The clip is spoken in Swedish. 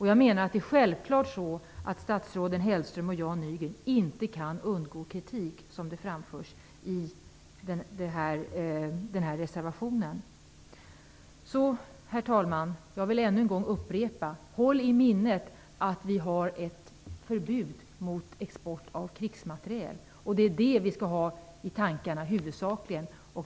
Jag menar att det självklart är så att statsråden Mats Hellström och Jan Nygren inte kan undgå den kritik som framförs i denna reservation. Så, herr talman, vill jag än en gång upprepa: Håll i minnet att vi har ett förbud mot export av krigsmateriel. Det är det vi huvudsakligen skall ha tankarna.